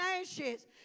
ashes